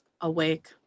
awake